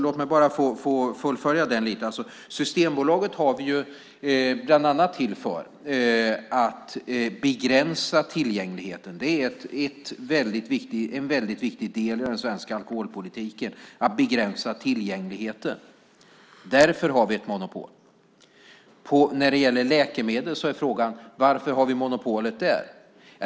Låt mig bara få fullfölja den lite! Systembolaget är bland annat till för att begränsa tillgängligheten. Det är en väldigt viktig del i den svenska alkoholpolitiken, att begränsa tillgängligheten. Därför har vi ett monopol. När det gäller läkemedel är frågan: Varför har vi monopolet där?